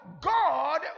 God